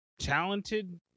talented